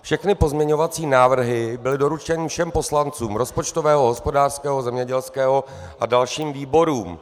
Všechny pozměňovací návrhy byly doručeny všem poslancům rozpočtového, hospodářského, zemědělského a dalších výborů.